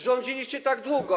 Rządziliście tak długo.